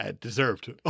Deserved